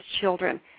children